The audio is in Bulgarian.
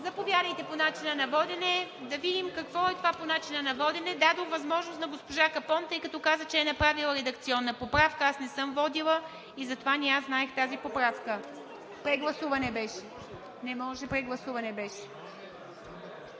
Заповядайте по начина на водене. Да видим какво е това по начина на водене. Дадох възможност на госпожа Капон, тъй като каза, че е направила редакционна поправка, аз не съм водила и затова не я знаех тази поправка. (Реплика от народния представител